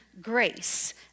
grace